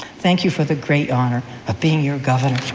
thank you for the great honor of being your governor.